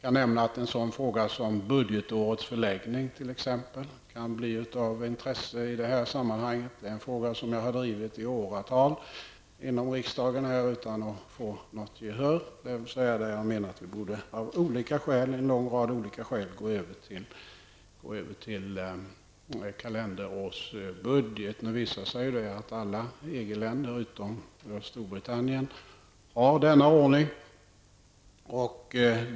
En sådan fråga som t.ex. budgetårets förläggning kan bli av intresse i detta sammanhang. Det är en fråga som jag har drivit i åratal i riksdagen utan att vinna gehör. Jag menar att vi av en lång rad olika skäl borde gå över till kalenderårsbudget. Nu visar det sig att alla EG länder utom har kalenderår som grund.